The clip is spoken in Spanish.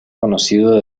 conocido